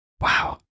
Wow